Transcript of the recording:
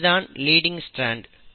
அது தான் leading strand